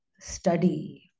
study